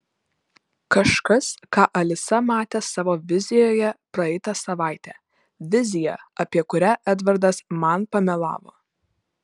kažkas ką alisa matė savo vizijoje praeitą savaitę viziją apie kurią edvardas man pamelavo